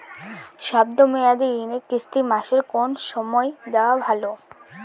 শব্দ মেয়াদি ঋণের কিস্তি মাসের কোন সময় দেওয়া ভালো?